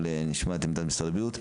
נשמע את עמדת משרד הבריאות.